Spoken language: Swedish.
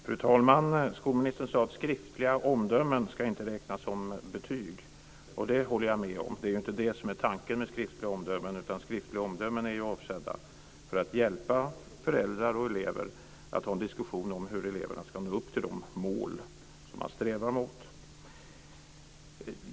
Fru talman! Skolministern sade att skriftliga omdömen inte ska räknas som betyg, och det håller jag med om. Det är inte det som är tanken med skriftliga omdömen, utan skriftliga omdömen är avsedda att hjälpa föräldrar och elever att ha en diskussion om hur eleverna når upp till de mål som man strävar mot.